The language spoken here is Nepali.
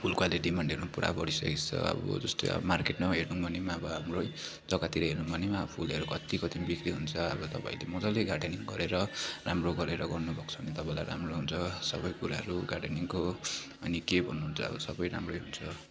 फुलको अहिले डिमान्डहरू पनि पुरा बढिसकेको छ अब जस्तै अब मार्केटमा हेर्यौँ भने पनि अब हाम्रो जग्गातिर हेर्नु भने अब फुलहरू कति कतिमा बिक्री हुन्छ अब तपाईँले मजाले गार्डनिङ गरेर राम्रो गरेर गर्नुभएको छ भने तपाईँलाई राम्रो हुन्छ सबै कुराहरू गार्डनिङको अनि के भन्नुहुन्छ अब सबै राम्रै हुन्छ